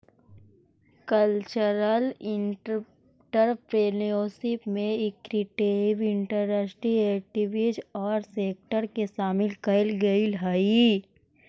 cultural entrepreneurship में creative industry activities औउर sector के शामिल कईल गेलई हई